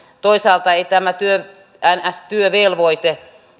toisaalta ei tämä niin sanottu työvelvoite